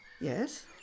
Yes